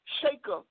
shaker